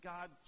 God